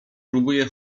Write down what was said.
próbuje